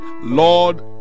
lord